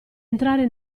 entrare